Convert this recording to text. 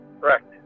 Correct